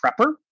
prepper